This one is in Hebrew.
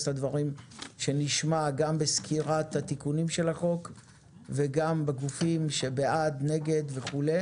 לדברים שנשמע גם בסקירת התיקונים של החוק וגם את הגופים שבעד ונגד וכו',